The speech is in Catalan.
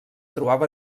trobava